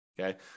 Okay